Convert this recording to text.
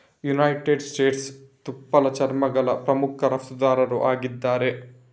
United States ತುಪ್ಪಳ ಚರ್ಮಗಳ ಪ್ರಮುಖ ರಫ್ತುದಾರರು ಆಗಿದ್ದಾರೆ